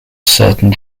certain